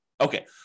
Okay